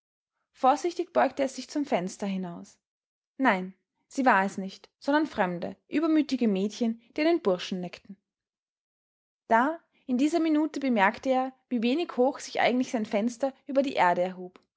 vorsichtig beugte er sich zum fenster hinaus nein sie war es nicht sondern fremde übermütige mädchen die einen burschen neckten da in dieser minute bemerkte er wie wenig hoch sich eigentlich sein fenster über die erde erhob